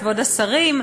כבוד השרים,